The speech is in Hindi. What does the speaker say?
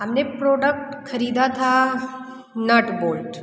हमने प्रोडक्ट खरीदा था नट बोल्ट